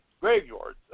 graveyards